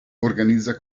organizza